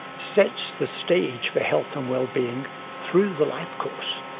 sets the stage for health and well-being through the life course.